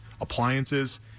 appliances